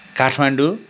Kathmandu